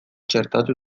txertatu